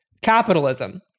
Capitalism